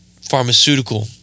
pharmaceutical